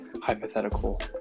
Hypothetical